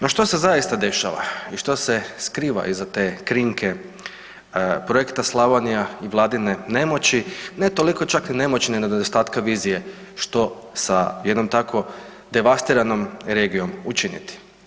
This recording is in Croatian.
No što se zaista dešava i što se skriva iza te krinke projekta Slavonija i Vladine nemoći, ne toliko čak ni nemoći nego nedostatka vizije, što sa jednom tako devastiranom regijom učiniti.